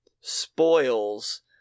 spoils